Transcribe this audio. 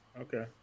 Okay